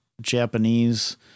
Japanese